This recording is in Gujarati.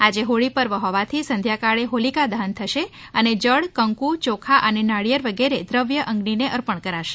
આજે હોળી પર્વ હોવાથી સંધ્યાકાળે હોલિકા દહન થશે અને જળ કંકુ યોખા અને નાળિયેર વગેરે દ્રવ્ય અઝિને અર્પણ કરાશે